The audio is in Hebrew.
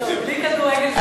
יוסי אבוקסיס.